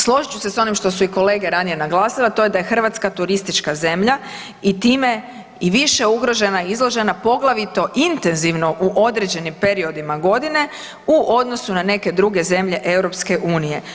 Složit ću se s onim što su i kolege ranije naglasile, a to je da je Hrvatska turistička zemlja i time i više ugrožena i izložena poglavito intenzivno u određenim periodima godine u odnosu na neke druge zemlje EU.